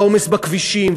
העומס בכבישים,